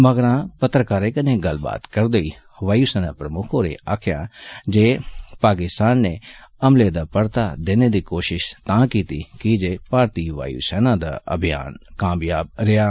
मगरा पत्रकारें कन्नै गल्लबात करदे होई वायु सेना प्रमुक्ख होरें आक्खेआ जे पाकिस्तान नै हमला दा परता देने दी कोषिष तां कीती कीजे भारती वायु सेना दा अभियान सफल रेहा